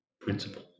principle